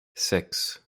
six